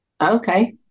Okay